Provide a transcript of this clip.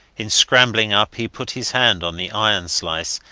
in scrambling up he put his hand on the iron slice,